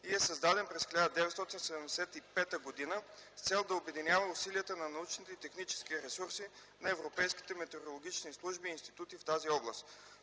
и е създадена през 1975 г. с цел да обединява усилията на научните и техническите ресурси на европейските метеорологични служби и институти в тази област.